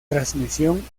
transmisión